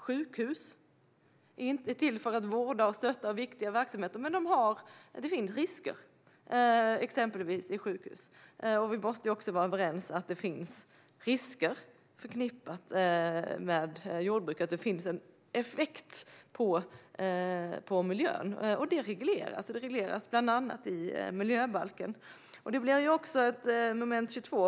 Sjukhus är till för att stötta och vårda, men det finns risker med sjukhusens verksamhet. Vi måste också vara överens om att det finns risker förknippade med jordbruket och att det ger en effekt på miljön. Det regleras bland annat i miljöbalken. Det blir också som ett moment 22.